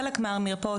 חלק מהמרפאות,